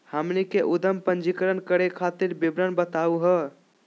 हमनी के उद्यम पंजीकरण करे खातीर विवरण बताही हो?